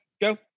go